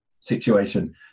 situation